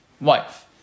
wife